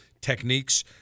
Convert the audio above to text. techniques